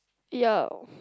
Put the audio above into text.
ya